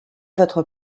votre